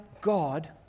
God